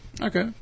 Okay